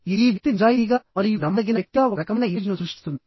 ఇది ఈ వ్యక్తి నిజాయితీగా మరియు నమ్మదగిన వ్యక్తిగా ఒక రకమైన ఇమేజ్ను సృష్టిస్తుంది